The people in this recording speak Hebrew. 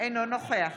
אינו נוכח